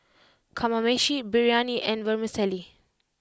Kamameshi Biryani and Vermicelli